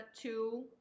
two